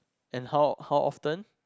and how how often